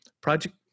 project